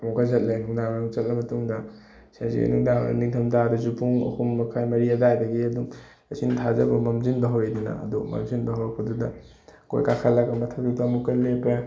ꯑꯃꯨꯛꯀ ꯆꯠꯂꯦ ꯅꯨꯡꯗꯥꯡ ꯋꯥꯏꯔꯝ ꯆꯠꯂ ꯃꯇꯨꯡꯗ ꯅꯤꯡꯊꯝ ꯊꯥꯗꯁꯨ ꯄꯨꯡ ꯑꯍꯨꯝ ꯃꯈꯥꯏ ꯃꯔꯤ ꯑꯗꯨꯋꯥꯏꯗꯒꯤ ꯑꯗꯨꯝ ꯂꯩꯆꯤꯟ ꯊꯥꯖꯕ ꯃꯝꯁꯤꯟꯕ ꯍꯧꯔꯛꯏꯗꯅ ꯑꯗꯨ ꯃꯝꯁꯤꯟꯕ ꯍꯧꯔꯛꯄꯗꯨꯗ ꯑꯩꯈꯣꯏ ꯀꯥꯈꯠꯂꯒ ꯃꯊꯛꯇꯨꯗ ꯑꯃꯨꯛꯀ ꯂꯦꯞꯄꯦ